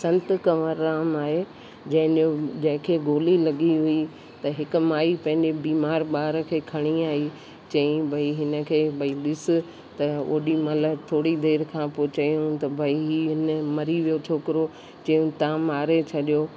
संत कंवर राम आहे जंहिंजो जंहिंखे गोली लॻी हुई त हिक माई पंहिंजे बीमार ॿार खे खणी आई चयईं भई हिनखे भई ॾिसु त ओॾीमहिल थोरी देरि खां पोइ चयऊं त भई हीअ ए न मरी वियो छोकिरो चयऊं तव्हां मारे छॾियो